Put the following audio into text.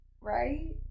Right